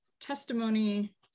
testimony